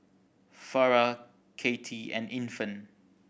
Farrah Cathie and Infant